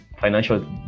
financial